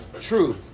true